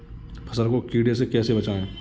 फसल को कीड़े से कैसे बचाएँ?